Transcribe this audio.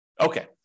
Okay